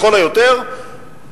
לכל היותר,